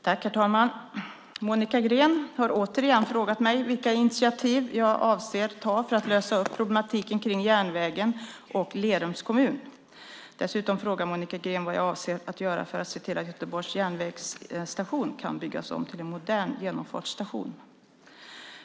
Herr talman! Monica Green har återigen frågat mig vilka fler initiativ jag avser att ta för att lösa upp problematiken kring järnvägen och Lerums kommun. Dessutom frågar Monica Green vad jag avser att göra för att se till att Göteborgs järnvägsstation kan byggas om till en modern genomfartsstation.